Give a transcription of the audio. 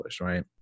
right